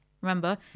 remember